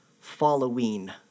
following